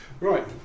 Right